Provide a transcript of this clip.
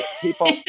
people